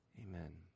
Amen